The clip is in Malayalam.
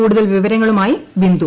കൂടുതൽ വിവരങ്ങളുമായി ബിന്ദു